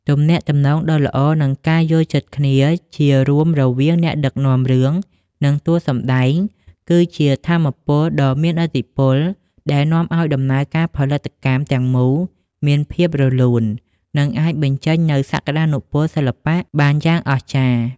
ទំនាក់ទំនងដ៏ល្អ និងការយល់ចិត្តគ្នាជារួមរវាងអ្នកដឹកនាំរឿង និងតួសម្ដែង គឺជាថាមពលដ៏មានឥទ្ធិពលដែលនាំឱ្យដំណើរការផលិតកម្មទាំងមូលមានភាពរលូន និងអាចបញ្ចេញនូវសក្ដានុពលសិល្បៈបានយ៉ាងអស្ចារ្យ។